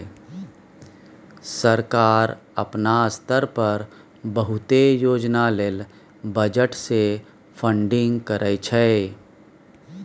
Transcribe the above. सरकार अपना स्तर पर बहुते योजना लेल बजट से फंडिंग करइ छइ